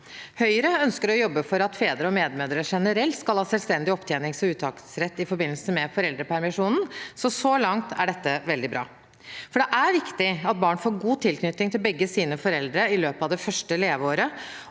Høyre ønsker å jobbe for at fedre og medmødre generelt skal ha selvstendig opptjenings- og uttaksrett i forbindelse med foreldrepermisjon. Så langt er dette derfor veldig bra. Det er viktig at barn får god tilknytning til begge sine foreldre i løpet av det første leveåret,